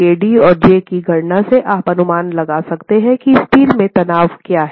kd और j की गणना से आप अनुमान लगा सकते हैं कि स्टील में तनाव क्या है